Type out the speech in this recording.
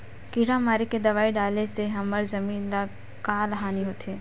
किड़ा मारे के दवाई डाले से हमर जमीन ल का हानि होथे?